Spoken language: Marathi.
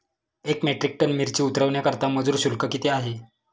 एक मेट्रिक टन मिरची उतरवण्याकरता मजुर शुल्क किती आहे?